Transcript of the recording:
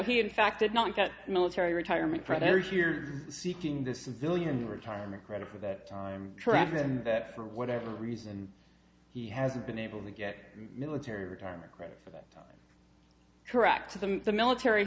he in fact did not get military retirement from the air here seeking this is illian retirement credit for that time travel and that for whatever reason he hasn't been able to get military retirement credit for that correct to them the military